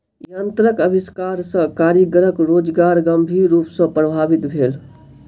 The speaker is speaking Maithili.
यंत्रक आविष्कार सॅ कारीगरक रोजगार गंभीर रूप सॅ प्रभावित भेल